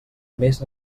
més